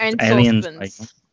Aliens